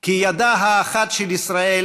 כי ידה האחת של ישראל